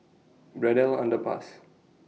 Braddell Underpass